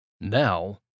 Now